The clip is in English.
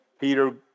Peter